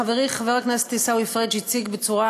חברי חבר הכנסת עיסאווי פריג' הציג בצורה